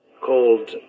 called